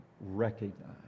recognize